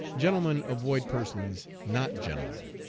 gentlemen avoid persons not gentlemen.